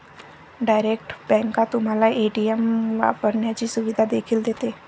direct bank तुम्हाला ATM वापरण्याची सुविधा देखील देते